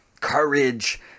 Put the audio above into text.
courage